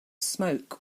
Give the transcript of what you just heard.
smoke